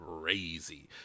crazy